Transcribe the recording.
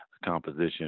composition